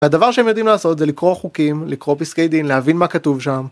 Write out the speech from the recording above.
והדבר שהם יודעים לעשות זה: לקרוא חוקים, לקרוא פסקי דין, להבין מה כתוב שם.